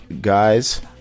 guys